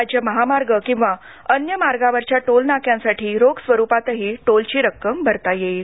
राज्य महामार्ग किंवा अन्य मार्गावरच्या टोल नाक्यांसाठी रोख स्वरुपातही टोलची रक्कम भरता येईल